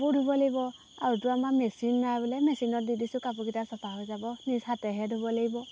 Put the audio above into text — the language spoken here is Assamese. কাপোৰ ধুব লাগিব আৰুতো আমাৰ মেচিন নাই বোলে মেচিনত দি দিছোঁ কাপোৰকেইটা চফা হৈ যাব নিজ হাতেহে ধুব লাগিব